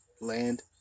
land